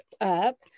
up